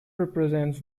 represents